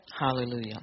Hallelujah